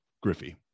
Griffey